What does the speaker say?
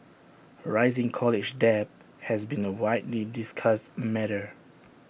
A rising college debt has been A widely discussed matter